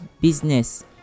business